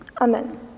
Amen